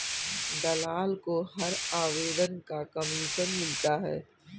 दलाल को हर आवेदन का कमीशन मिलता है